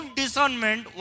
discernment